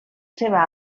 seva